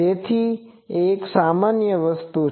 તેથી આ એક સામાન્ય વસ્તુ છે